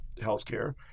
healthcare